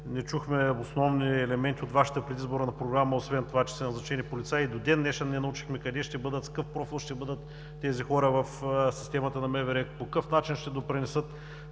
Не чухме основни елементи от Вашата предизборна програма, освен това, че са назначени полицаи. И до ден днешен не научихме къде ще бъдат, с какъв профил ще бъдат тези хора в системата на МВР, по какъв начин ще допринесат